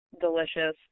delicious